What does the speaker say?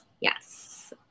Yes